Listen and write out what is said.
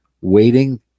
waiting